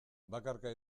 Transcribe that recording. bakarka